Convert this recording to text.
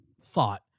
thought